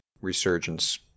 resurgence